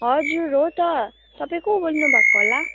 हजुर हो त तपाईँ को बोल्नु भएको होला